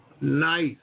nice